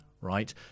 right